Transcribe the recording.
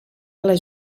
les